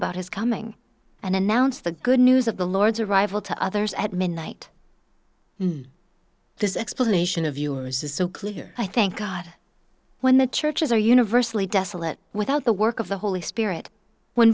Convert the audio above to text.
about his coming and announce the good news of the lord's arrival to others at midnight this explanation of yours is so clear i thank god when the churches are universally desolate without the work of the holy spirit when